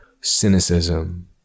cynicism